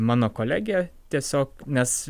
mano kolegė tiesiog nes